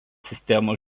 sistemos